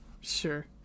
Sure